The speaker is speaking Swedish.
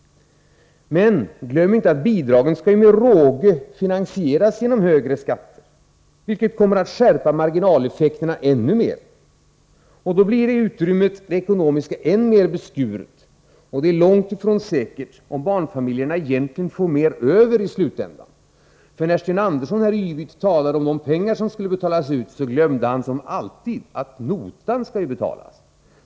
Men glöm inte att bidragen skall med råge finansieras genom högre skatter, vilket kommer att skärpa marginaleffekterna ännu mer. Då blir det ekonomiska utrymmet än mer beskuret, och det är långt ifrån säkert att barnfamiljerna egentligen får mer över i slutändan. För när Sten Andersson yvigt talade om de pengar som skulle betalas ut, så glömde han som alltid att notan skall betalas.